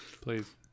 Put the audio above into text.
please